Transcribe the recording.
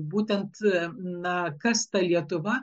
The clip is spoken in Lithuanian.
būtent na kas ta lietuva